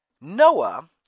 Noah